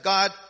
God